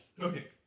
Okay